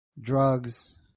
drugs